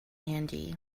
handy